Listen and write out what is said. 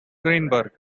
greenberg